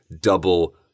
double